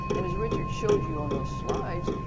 and as richard showed you on the slides,